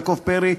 יעקב פרי,